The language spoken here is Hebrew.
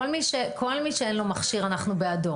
כל מי שאין לו מכשיר אנחנו בעדו.